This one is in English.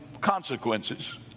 consequences